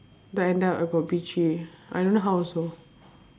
but end up I got B three I don't know how also